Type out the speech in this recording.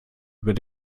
über